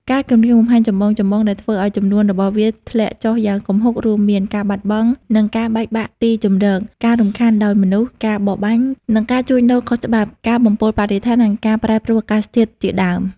ការគំរាមកំហែងចម្បងៗដែលធ្វើឲ្យចំនួនរបស់វាធ្លាក់ចុះយ៉ាងគំហុករួមមាន ការបាត់បង់ និងការបែកបាក់ទីជម្រក ការរំខានដោយមនុស្ស ការបរបាញ់ និងការជួញដូរខុសច្បាប់ ការបំពុលបរិស្ថាន និងការប្រែប្រួលអាកាសធាតុជាដើម។